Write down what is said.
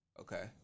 Okay